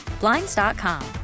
Blinds.com